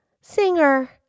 singer